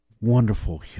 wonderful